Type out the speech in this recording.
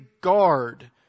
guard